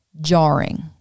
jarring